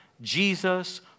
Jesus